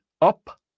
up